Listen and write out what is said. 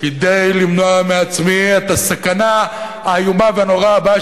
כדי למנוע מעצמי את הסכנה האיומה והנוראה הבאה,